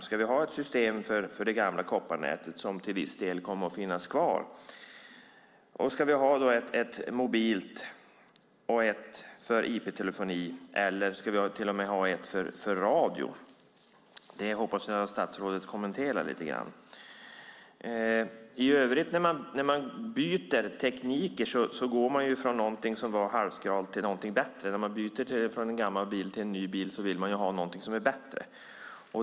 Ska vi ha ett system för det gamla kopparnätet som till viss del kommer att finnas kvar, ett mobilt, ett för IP-telefoni och till och med ett för radio? Det hoppas jag att statsrådet kommenterar lite grann. I övrigt när man byter tekniker går man från någonting som var halvskralt till någonting som är bättre. När man byter från en gammal bil till en ny bil vill man ju ha någonting som är bättre.